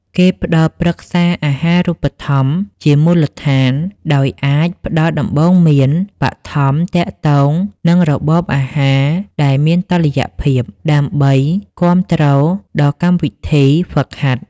គេផ្ដល់ប្រឹក្សាអាហារូបត្ថម្ភ ជាមូលដ្ឋាន ដោយអាចផ្ដល់ដំបូន្មានបឋមទាក់ទងនឹងរបបអាហារដែលមានតុល្យភាព ដើម្បីគាំទ្រដល់កម្មវិធីហ្វឹកហាត់។